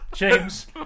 James